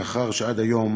מאחר שעד היום